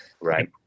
Right